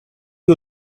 you